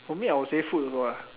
for me I would say food also ah